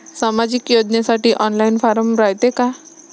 सामाजिक योजनेसाठी online form रायते का?